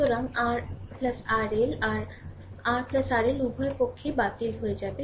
সুতরাং আর RL আর RL উভয় পক্ষেই বাতিল হয়ে যাবে